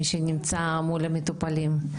מי שנמצא מול המטופלים.